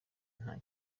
nta